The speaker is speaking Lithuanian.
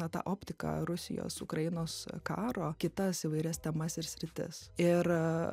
na tą optiką rusijos ukrainos karo kitas įvairias temas ir sritis ir